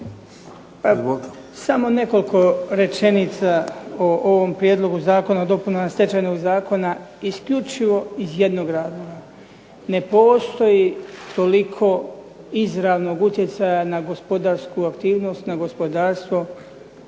Samo nekoliko rečenica o ovom prijedlogu zakona i dopunama Stečajnog zakona isključivo iz jednog razloga, ne postoji toliko izravnog utjecaja na gospodarsku aktivnost na gospodarstvo